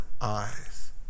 eyes